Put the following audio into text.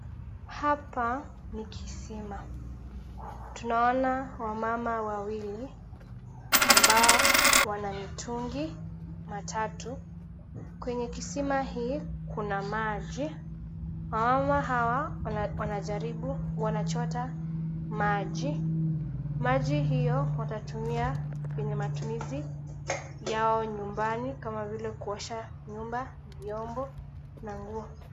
Hapa ni kisima. Tunaona wamama wawili ambao wana mitungi matatu. Kwenye kisima hii kuna maji. Wamama hawa wanachota maji. Maji hiyo watatumia kwenye matumizi yao nyumbani kama vile kuosha nyumba, vyombo na nguo.